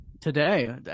Today